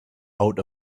out